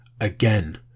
Again